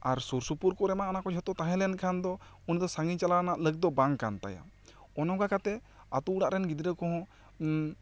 ᱟᱨ ᱥᱩᱨ ᱥᱩᱯᱩᱨ ᱠᱚᱨᱮ ᱢᱟ ᱚᱱᱟ ᱠᱚ ᱡᱷᱚᱛᱚ ᱛᱟᱦᱮᱸ ᱞᱮᱱ ᱠᱷᱟᱱ ᱫᱚ ᱩᱱ ᱫᱚ ᱥᱟᱺᱜᱤᱧ ᱪᱟᱞᱟᱣ ᱨᱮᱱᱟᱜ ᱞᱟᱹᱠᱛᱤ ᱫᱚ ᱵᱟᱝ ᱠᱟᱱ ᱛᱟᱭᱟ ᱚᱱᱟ ᱚᱱᱠᱟ ᱠᱟᱛᱮᱜ ᱟᱛᱳ ᱚᱲᱟᱜ ᱨᱮᱱ ᱜᱤᱫᱽᱨᱟᱹ ᱠᱚᱦᱚᱸ